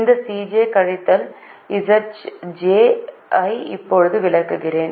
இந்த Cj கழித்தல் Zj ஐ இப்போது விளக்குகிறேன்